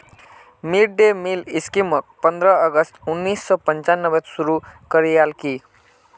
mid day meal स्कीमक पंद्रह अगस्त उन्नीस सौ पंचानबेत शुरू करयाल की